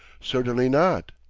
certainly not.